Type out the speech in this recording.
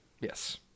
yes